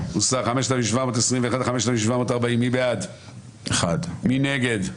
1 בעד, 8 נגד,